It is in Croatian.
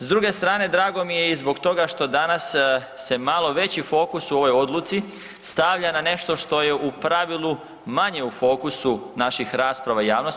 S druge strane drago mi je i zbog toga što danas se malo veći fokus u ovoj odluci stavlja na nešto što je u pravilu manje u fokusu naših rasprava u javnosti.